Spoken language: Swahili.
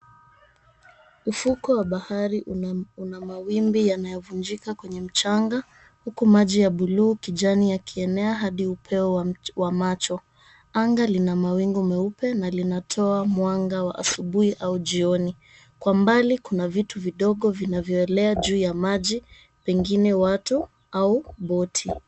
Mfuko wa bahari una mawimbi yanayo vunjika kwenye mchanga huku maji ya buluu kijani yakiendelea hadi upeo wa macho anga lina mawingu meupe na linatoa mwanga wa asubui au jioni kwa mbali kuna vitu vidogo vinavyo elea juu ya maji pengine watu au boti.